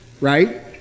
right